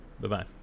Bye-bye